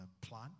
plan